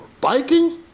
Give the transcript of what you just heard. Biking